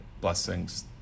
blessings